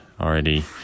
already